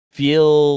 feel